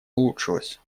улучшилось